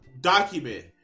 document